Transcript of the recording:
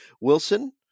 Wilson